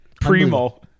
Primo